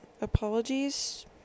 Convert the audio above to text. apologies